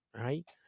right